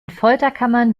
folterkammern